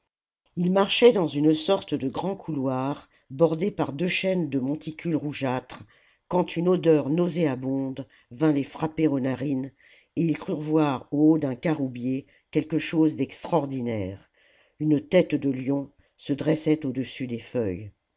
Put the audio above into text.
ils marchaient dans une sorte de grand couloir bordé par deux chaînes de monticules rougeâtres quand une odeur nauséabonde vint les frapper aux narines et ils crurent voir au haut d'un caroubier quelque chose d'extraordinaire une tête de lion se dressait au-dessus des feuilles